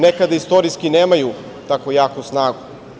Nekada istorijski nemaju tako jaku snagu.